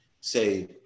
say